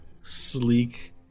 sleek